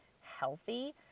healthy